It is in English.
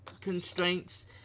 constraints